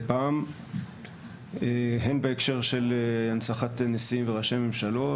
פעם הן בהקשר של הנצחת נשיאים וראשי ממשלות,